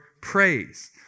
praise